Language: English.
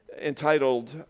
entitled